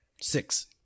Six